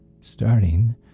starting